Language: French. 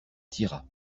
tira